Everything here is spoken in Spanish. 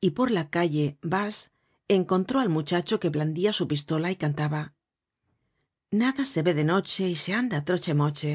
y por la calle basse encontró al muchacho que blandia su pistola y cantaba nada se ve de noche y se anda á troche moche